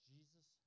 Jesus